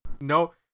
no